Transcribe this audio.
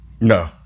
no